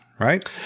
Right